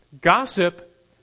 Gossip